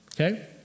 Okay